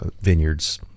vineyards